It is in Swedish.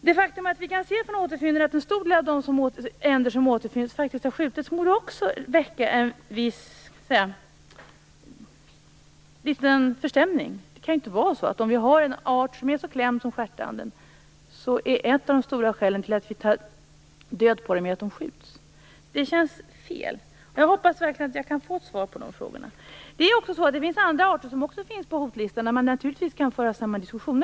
Det faktum att vi kan se att en stor del av de änder som återfinns har skjutits borde också väcka en viss förstämning. Har man en art som är så klämd som stjärtanden kan inte ett av det stora skälen till att vi tar död på den vara att den skjuts. Det känns fel. Jag hoppas verkligen att jag kan få ett svar på de frågorna. Det finns också andra arter på hotlistan som man naturligtvis kan föra samma diskussion om.